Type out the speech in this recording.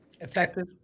Effective